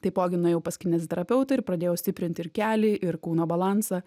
taipogi nuėjau pas kineziterapeutą ir pradėjau stiprinti ir kelį ir kūno balansą